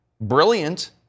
brilliant